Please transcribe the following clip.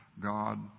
God